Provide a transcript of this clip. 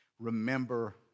Remember